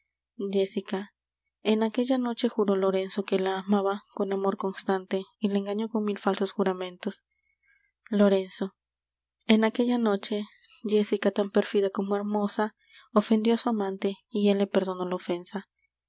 jéssica en aquella noche juró lorenzo que la amaba con amor constante y la engañó con mil falsos juramentos lorenzo en aquella noche jéssica tan pérfida como hermosa ofendió á su amante y él le perdonó la ofensa